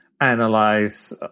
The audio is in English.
analyze